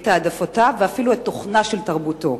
את העדפותיו ואפילו את התוכן של תרבותו.